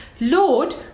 Lord